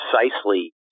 precisely